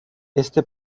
este